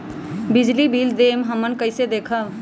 बिजली बिल देल हमन कईसे देखब?